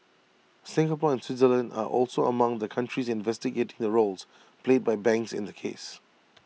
Singapore and Switzerland are also among the countries investigating the roles played by banks in the case